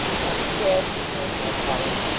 muster gashford knows my calling.